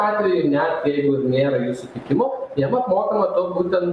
atveju net jeigu nėra jų sutikimo jiem apmokama tuo būtent